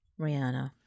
Rihanna